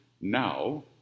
now